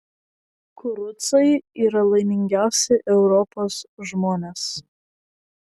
kurucai yra laimingiausi europos žmonės